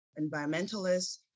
environmentalists